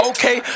Okay